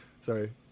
Sorry